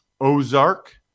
Ozark